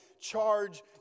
charge